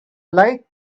light